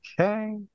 Okay